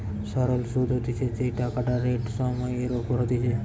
সরল সুধ হতিছে যেই টাকাটা রেট সময় এর ওপর হতিছে